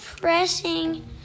pressing